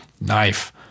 knife